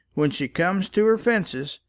when she comes to her fences,